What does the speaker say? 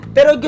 Pero